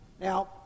Now